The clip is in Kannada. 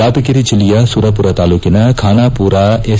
ಯಾದಗಿರಿ ಜಿಲ್ಲೆಯ ಸುರಪುರ ತಾಲ್ಡೂಕಿನ ಖಾನಾಪೂರ ಎಸ್